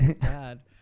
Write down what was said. bad